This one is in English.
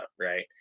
right